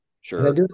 Sure